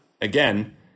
again